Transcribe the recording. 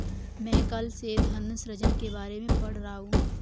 मैं कल से धन सृजन के बारे में पढ़ रहा हूँ